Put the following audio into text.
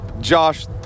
Josh